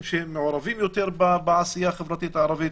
שהם מעורבים יותר בעשייה החברתית הערבית,